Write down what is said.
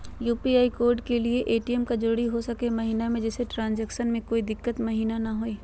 UPI code के लिए ATM का जरूरी हो सके महिना जिससे हमें ट्रांजैक्शन में कोई दिक्कत महिना हुई ला?